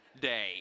day